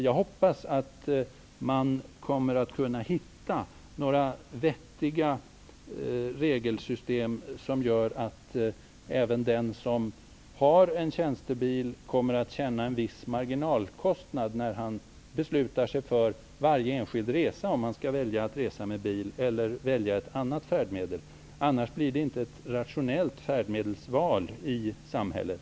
Jag hoppas att man kommer att kunna hitta några vettiga regelsystem som gör att även den som har en tjänstebil kommer att känna av en viss marginalkostnad vid varje enskild resa om han reser med bil i stället för att välja ett annat färdmedel. Annars blir det inte ett rationellt färdmedelsval i samhället.